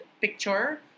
picture